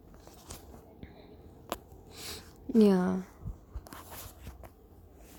ya